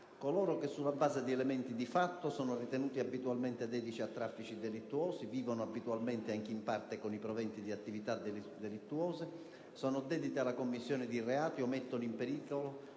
coloro che, sulla base di elementi di fatto, sono ritenuti abitualmente dediti a traffici delittuosi; vivono abitualmente - anche in parte - con i proventi di attività delittuose; sono dediti alla commissione di reati o mettono in pericolo